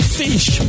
fish